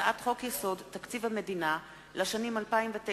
הצעת חוק-יסוד: תקציב המדינה לשנים 2009